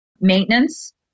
maintenance